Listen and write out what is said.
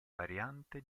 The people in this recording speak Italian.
variante